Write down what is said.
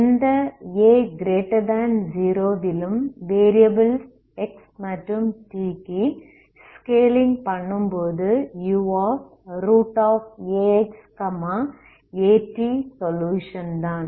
எந்த a0 விலும் variables x மற்றும் t க்கு ஸ்கேலிங் பண்ணும்போது uaxat சொலுயுஷன் தான்